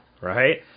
Right